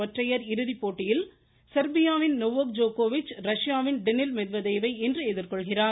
ஒற்றையர் இறுதிப்போட்டியில் நடப்பு சாம்பியன் செர்பியாவின் நொவோக் ஜோக்கோவிச் ரஷ்யாவின் டெனில் மெத்வதேவ்வை இன்று எதிர்கொள்கிறார்